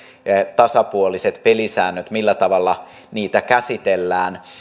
tasapuoliset pelisäännöt millä tavalla niitä käsitellään